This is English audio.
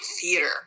theater